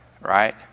right